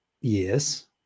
Yes